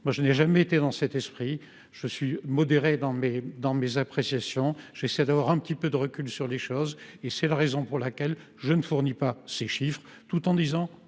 Moi, je n’ai jamais agi en ce sens. Je suis modéré dans mes appréciations et j’essaie d’avoir un peu de recul sur les choses. C’est du reste la raison pour laquelle je ne fournis pas ces chiffres, tout en vous disant